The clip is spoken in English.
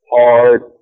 hard